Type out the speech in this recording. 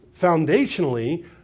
foundationally